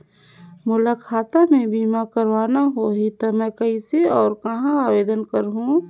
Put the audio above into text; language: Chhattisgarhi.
मोला खाता मे बीमा करना होहि ता मैं कइसे और कहां आवेदन करहूं?